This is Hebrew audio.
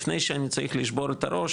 לפני שאני צריך לשבור את ראש,